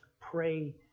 pray